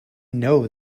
know